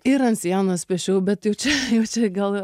ir ant sienos piešiau bet jau čia jau čia gal